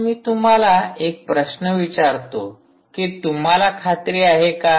आता मी तुम्हाला एक प्रश्न विचारतो की तुम्हाला खात्री आहे का